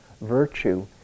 virtue